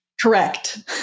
correct